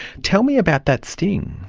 tell me about that sting.